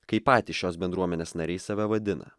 kai patys šios bendruomenės nariai save vadina